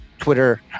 Twitter